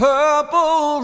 Purple